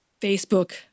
Facebook